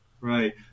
Right